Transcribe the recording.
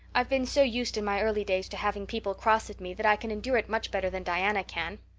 i've been so used in my early days to having people cross at me that i can endure it much better than diana can.